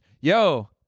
Yo